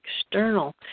external